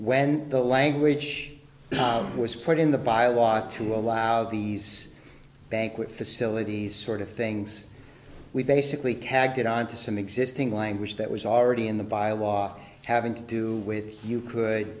when the language was put in the by law to allow these banquet facilities sort of things we basically tagged it on to some existing language that was already in the via walk having to do with you could